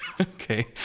Okay